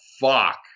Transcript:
fuck